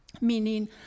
meaning